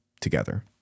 together